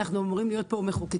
אנחנו אמורים להיות פה מחוקקים,